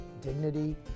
dignity